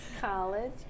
College